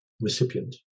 recipient